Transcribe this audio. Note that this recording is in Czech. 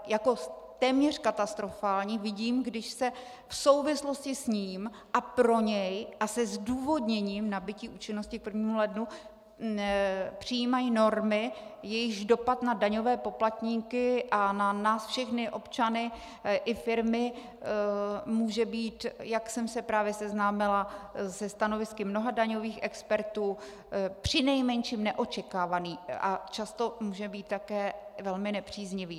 Jako téměř katastrofální ale vidím, když se v souvislosti s ním a pro něj a se zdůvodněním nabytí účinnosti k 1. lednu přijímají normy, jejichž dopad na daňové poplatníky a na nás všechny občany i firmy může být, jak jsem se právě seznámila se stanovisky mnoha daňových expertů, přinejmenším neočekávaný a často může být také velmi nepříznivý.